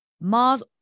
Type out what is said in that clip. mars